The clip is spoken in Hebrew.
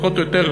פחות או יותר,